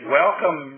welcome